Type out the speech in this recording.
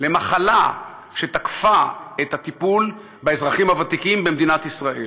למחלה שתקפה את הטיפול באזרחים הוותיקים במדינת ישראל.